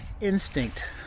instinct